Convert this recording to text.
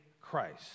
Christ